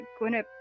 Gwyneth